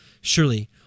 surely